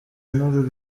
n’uru